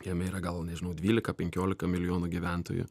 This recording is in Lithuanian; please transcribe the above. jame yra gal nežinau dvylika penkiolika milijonų gyventojų